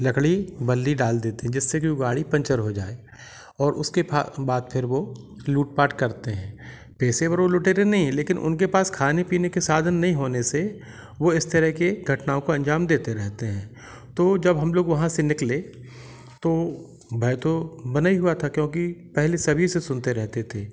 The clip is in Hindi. लकली बल्ली डाल देते जिससे कि वो गाड़ी पंचर हो जाए और उसके फा बाद फिर वो लुटपाट करते हैं पेशेवरों लुटेरे नहीं हैं लेकिन उनके पास खाने पीने के साधन नहीं होने से वो इस तरह के घटनाओं को अंजाम देते रहते हैं तो जब हम लोग वहाँ से निकले तो भय तो बने ही हुआ था क्योंकि पहले सभी से सुनते रहते थे